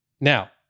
Now